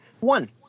One